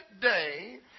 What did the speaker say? day